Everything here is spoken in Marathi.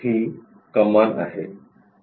ही कमान आहे